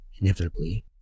inevitably